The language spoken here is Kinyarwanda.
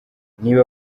niba